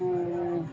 অঁ